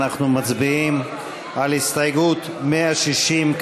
אנחנו מצביעים על הסתייגות 160,